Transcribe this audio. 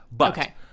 Okay